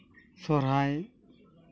ᱥᱚᱨᱦᱟᱭ